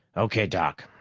okay, doc.